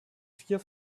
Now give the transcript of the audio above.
vier